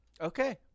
Okay